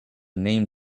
name